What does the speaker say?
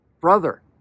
brother